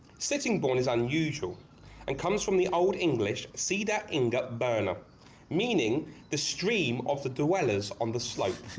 sittingbourne is unusual and comes from the old english, saeda inga burna meaning the stream of the dwellers on the slopes,